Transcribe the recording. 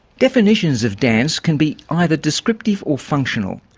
definitions of dance can be either descriptive or functional.